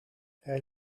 hij